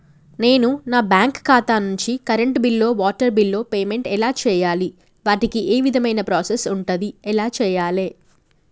నేను నా బ్యాంకు ఖాతా నుంచి కరెంట్ బిల్లో వాటర్ బిల్లో పేమెంట్ ఎలా చేయాలి? వాటికి ఏ విధమైన ప్రాసెస్ ఉంటది? ఎలా చేయాలే?